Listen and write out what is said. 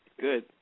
Good